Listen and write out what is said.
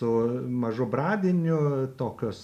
su mažu braviniu tokios